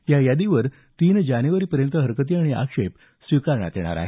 या यादीवर तीन जानेवारीपर्यंत हरकती आणि आक्षेप स्वीकारण्यात येणार आहेत